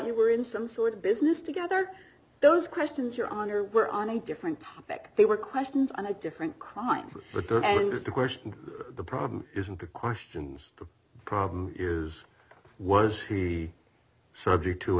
you were in some sort of business together those questions your honor were on a different topic they were questions on a different crime but the question the problem isn't the questions the problem is was he subject to